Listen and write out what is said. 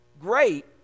great